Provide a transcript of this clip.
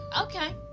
Okay